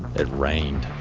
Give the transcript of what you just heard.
it rained.